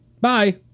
Bye